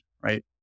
right